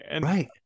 Right